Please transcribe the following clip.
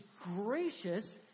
gracious